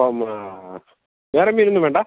അപ്പോള് വേറെ മീനൊന്നും വേണ്ട